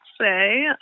say